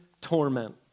torment